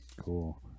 cool